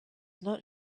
not